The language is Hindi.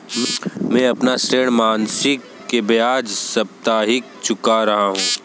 मैं अपना ऋण मासिक के बजाय साप्ताहिक चुका रहा हूँ